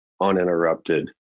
uninterrupted